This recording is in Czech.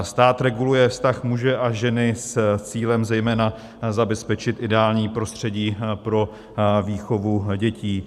Stát reguluje vztah muže a ženy s cílem zejména zabezpečit ideální prostředí pro výchovu dětí.